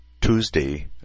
Tuesday